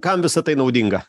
kam visa tai naudinga